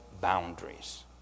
boundaries